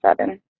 seven